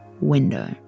window